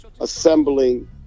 assembling